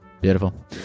beautiful